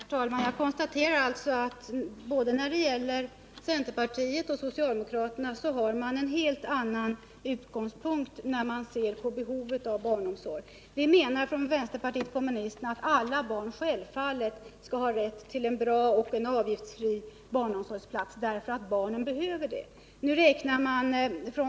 Herr talman! Jag konstaterar att både centern och socialdemokraterna har en helt annan syn på behovet av barnomsorg än vpk. Vi menar att alla barn skall ha rätt till en bra och avgiftsfri barnomsorgsplats, därför att barnen behöver det.